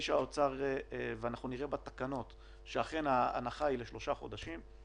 ואנחנו נראה בתקנות שההנחה היא לשלושה חודשים.